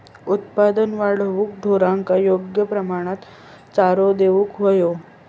उत्पादन वाढवूक ढोरांका योग्य प्रमाणात चारो देऊक व्हयो